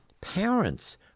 parents